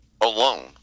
alone